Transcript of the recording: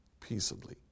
peaceably